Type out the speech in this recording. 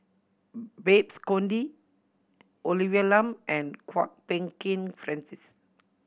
Babes Conde Olivia Lum and Kwok Peng Kin Francis